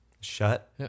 Shut